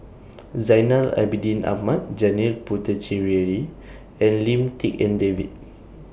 Zainal Abidin Ahmad Janil Puthucheary and Lim Tik En David